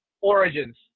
Origins